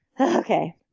Okay